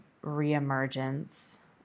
re-emergence